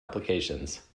applications